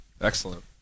Excellent